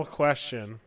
question